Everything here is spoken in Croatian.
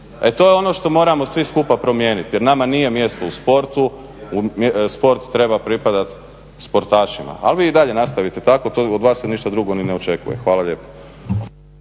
E to je ono što moramo svi skupa promijeniti. Jer nama nije mjesto u sportu, sport treba pripadati sportašima, ali vi i dalje nastavite tako, od vas se ništa drugo ni ne očekuje. Hvala lijepo.